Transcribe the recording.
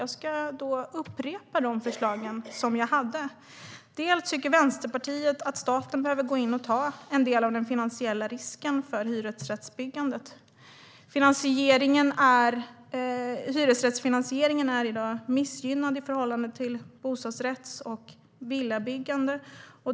Jag ska upprepa de förslag jag hade. Vänsterpartiet tycker att staten behöver gå in och ta en del av den finansiella risken för hyresrättsbyggandet. Hyresrättsfinansieringen är i dag missgynnande i förhållande till bostadsrätts och villabyggande.